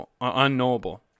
unknowable